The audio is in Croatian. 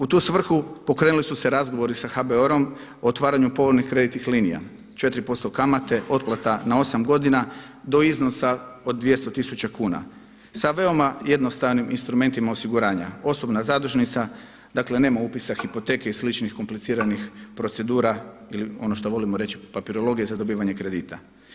U tu svrhu pokrenuli su se razgovori sa HBOR-om o otvaranju povoljnih kreditnih linija, 4% kamate, otplata na osam godina do iznosa od 200 tisuća kuna, sa veoma jednostavnim instrumentima osiguranja, osobna zadužnica dakle nema upisa hipoteke i sličnih kompliciranih procedura ili ono što volimo reći papirologije za dobivanje kredita.